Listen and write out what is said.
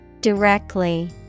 Directly